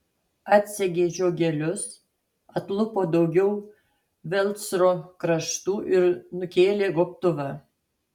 atsegė žiogelius atlupo daugiau velcro kraštų ir nukėlė gobtuvą